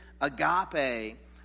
agape